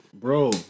Bro